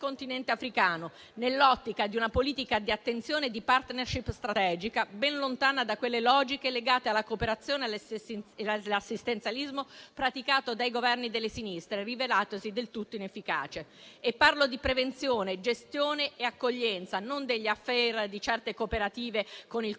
Continente africano, nell'ottica di una politica di attenzione e di *partnership* strategica ben lontana da quelle logiche legate alla cooperazione e all'assistenzialismo praticato dai governi delle sinistre, rivelatesi del tutto inefficaci. E parlo di prevenzione, gestione e accoglienza, non degli *affaire* di certe cooperative con il